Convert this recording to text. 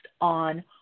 on